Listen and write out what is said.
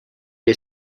est